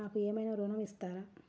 నాకు ఏమైనా ఋణం ఇస్తారా?